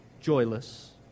joyless